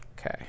okay